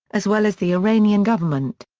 as well as the iranian government.